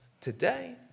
Today